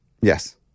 Yes